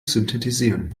synthetisieren